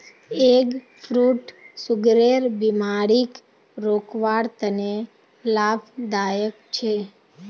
egg fruit सुगरेर बिमारीक रोकवार तने लाभदायक छे